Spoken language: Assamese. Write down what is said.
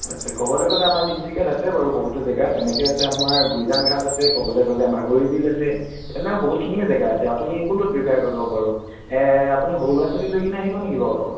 আচ্ছা ক'বলৈ গ'লে আমাৰ তিনিচুকীয়াত আছে বাৰু বহুতো জেগা তেনেকৈ আছে আমাৰ গুঁইজান ঘাট আছে ক'বলৈ গ'লে মাগুৰী বিল আছে তেনেকুৱা বহুতখিনিয়ে জেগা আছে আপুনি কোনটোত প্ৰিফাৰ কৰিব বাৰু আপুনি সৰু ল'ৰা ছোৱালী লৈ কিনে আহিব নেকি বাৰু লগত